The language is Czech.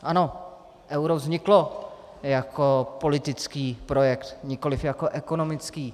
Ano, euro vzniklo jako politický projekt, nikoli jako ekonomický.